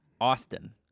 Austin